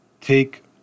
take